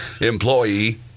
Employee